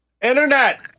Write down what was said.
Internet